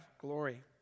glory